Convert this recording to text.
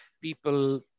people